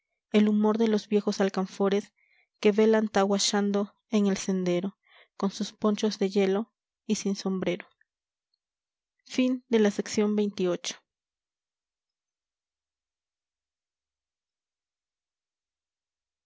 el humor de los viejos alcanfores que velan tahuashando en el sendero con sus ponchos de hielo y sin sombrero